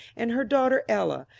and her daughter ella,